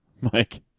mike